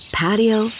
patio